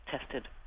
tested